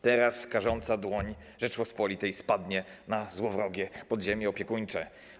Teraz karząca dłoń Rzeczypospolitej spadnie na złowrogie podziemie opiekuńcze.